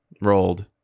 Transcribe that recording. rolled